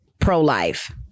pro-life